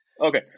Okay